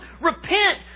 Repent